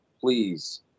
please